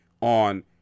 on